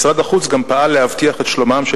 משרד החוץ גם פעל להבטיח את שלומם של